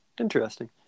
interesting